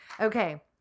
Okay